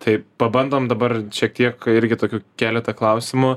tai pabandom dabar šiek tiek irgi tokių keleta klausimų